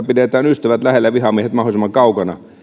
pidetään ystävät lähellä ja vihamiehet mahdollisimman kaukana